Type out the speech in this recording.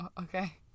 okay